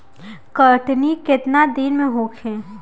कटनी केतना दिन में होखे?